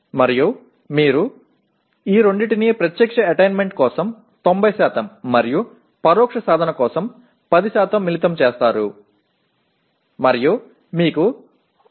మరియు మీరు ఈ రెండింటిని ప్రత్యక్ష అటైన్మెంట్ కోసం 90 మరియు పరోక్ష సాధన కోసం 10 మిళితం చేస్తారు మరియు మీకు 62